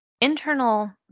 internal